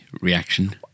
reaction